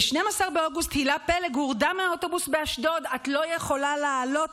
ב-12 באוגוסט הילה פלג הורדה מהאוטובוס באשדוד: את לא יכולה לעלות,